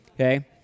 Okay